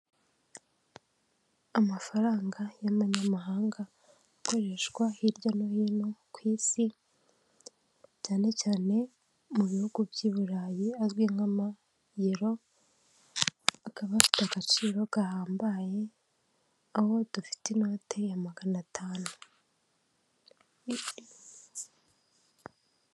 Amafaranga y'abanyamahanga akoreshwa hirya no hino ku isi, cyane cyane mu bihugu by'i burayi azwi nk'amayero, akaba afite agaciro gahambaye aho dufite inote ya magana atanu.